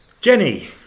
Jenny